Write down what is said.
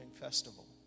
festival